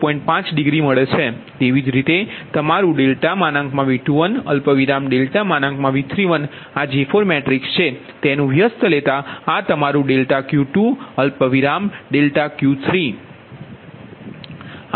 5 degree મળે છે તેવી જ રીતે તમારું ∆ V21 ∆ V31આ J4 મેટ્રિક્સ છે તેનુ વ્યસ્ત લેતા આ તમારું ∆Q2 ∆Q3